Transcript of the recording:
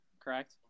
correct